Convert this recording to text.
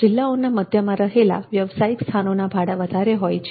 જિલ્લાઓના મધ્યમાં રહેલા વ્યવસાયિક સ્થાનોના ભાડા વધારે હોય છે